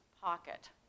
pocket